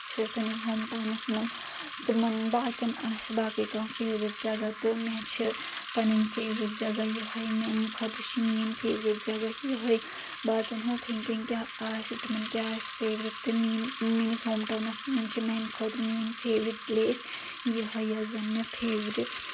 چھِ سٲنس home towns منٛز تِمن باقی ین آسہِ باقٕے کانٛہہ فیورٹ جگہ تہٕ مےٚ چھِ پنٕنۍ فیورٹ جگہ یِہے میانہِ خٲطرٕ چھِ میٲنۍ فیورٹ جگہ یِہے باقی ین ہنٛد تھنکِنگ کیاہ آسہِ تِمن کیاہ آسہِ فیورٹ تہٕ میہ میٲنِس ہوم ٹاونس منٛز چھِ میانہٕ خٲطرٕ میٲنۍ فیورٹ پٕلیس یہے یۄس زن مےٚ فیورٹ